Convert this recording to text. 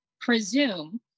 presume